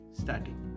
starting